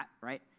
right